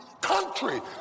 country